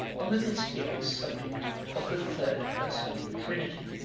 on the mysterious subject of the third person of the trinity.